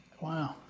wow